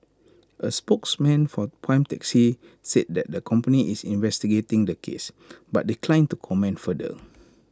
A spokesman for prime taxi said that the company is investigating the case but declined to comment further